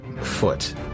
foot